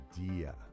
idea